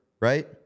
right